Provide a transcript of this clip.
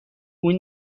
اون